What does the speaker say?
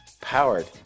powered